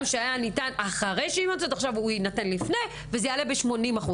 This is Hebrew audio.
הוא היה ניתן אחרי שהיא יוצאת ועכשיו הוא יינתן לפני וזה יעלה ב-80%.